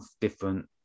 different